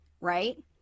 right